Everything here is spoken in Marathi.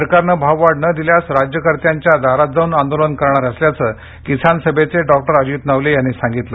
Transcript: सरकारने भाव वाढ न दिल्यास राज्य कर्त्यांच्या दारात जाऊन आंदोलन करणार असल्याचे किसान सभेचे डॉ अजीत नवले यांनी सांगितलं